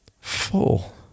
full